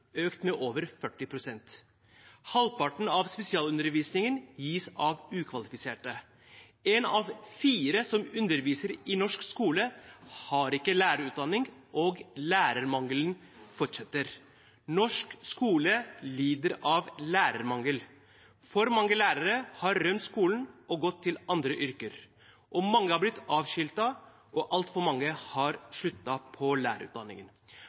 økt med over 40 pst. Halvparten av spesialundervisningen gis av ukvalifiserte. En av fire som underviser i norsk skole, har ikke lærerutdanning, og lærermangelen fortsetter. Norsk skole lider av lærermangel. For mange lærere har rømt skolen og gått til andre yrker, mange har blitt avskiltet og altfor mange har sluttet på lærerutdanningen.